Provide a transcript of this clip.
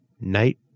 Night